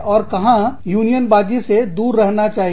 और कहां यूनियनबाजी से दूर रहना चाहिए